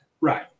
Right